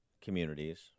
communities